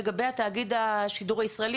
לגבי תאגיד השידור הישראלי,